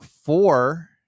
four